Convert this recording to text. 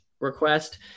request